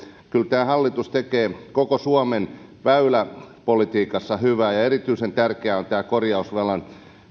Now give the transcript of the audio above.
tämä hallitus tekee koko suomen väyläpolitiikassa hyvää ja erityisen tärkeää on korjausvelan